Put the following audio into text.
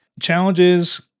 challenges